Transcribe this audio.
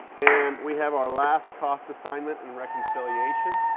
and we have our last cost assignment and reconciliation.